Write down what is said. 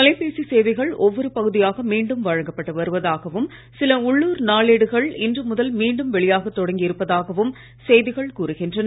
தொலைபேசி சேவைகள் ஒவ்வொரு பகுதியாக மீண்டும் வழங்கப்பட்டு வருவதாகவும் சில உள்ளூர் நாளேடுகள் இன்று முதல் மீண்டும் வெளியாகத் தொடங்கி இருப்பதாகவும் செய்திகள் கூறுகின்றன